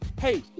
Hey